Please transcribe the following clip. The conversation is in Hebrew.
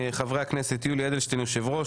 חברי הכנסת יולי אדלשטיין היושב ראש,